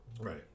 Right